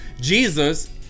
Jesus